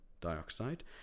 dioxide